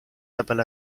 double